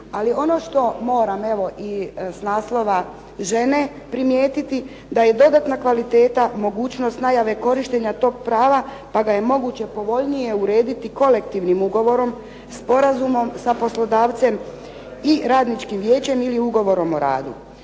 Ali ono što moram i s naslova žene primijetiti, da je dodatna kvaliteta mogućnost najave korištenja toga prava, pa ga je moguće povoljnije urediti kolektivnim ugovorom, sporazumom sa poslodavcem i radničkim vijećem ili ugovorom o radu.